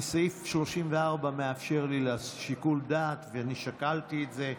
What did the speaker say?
כי סעיף 34 מאפשר לי שיקול דעת, ואני שקלתי את זה.